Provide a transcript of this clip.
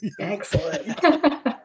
Excellent